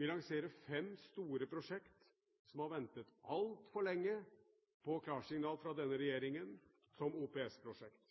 Vi lanserer fem store prosjekt, som har ventet altfor lenge på klarsignal fra denne regjeringen, som OPS-prosjekt.